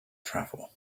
travel